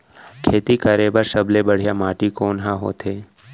खेती करे बर सबले बढ़िया माटी कोन हा होथे?